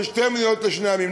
של שתי מדינות לשני עמים.